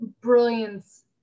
brilliance